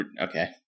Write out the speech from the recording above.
okay